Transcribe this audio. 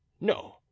No